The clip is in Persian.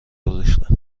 ریختن